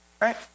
Right